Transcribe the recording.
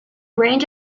range